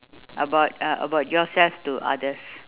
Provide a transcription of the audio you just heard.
about uh about yourself to others